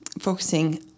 focusing